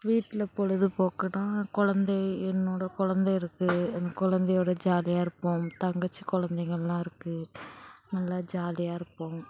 வீட்டில் பொழுதுபோக்குனால் கொழந்தை என்னோட கொழந்தை இருக்குது என் கொழந்தையோட ஜாலியாக இருப்போம் தங்கச்சி கொழந்தைங்கள்லாம் இருக்குது நல்லா ஜாலியாக இருப்போம்